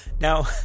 Now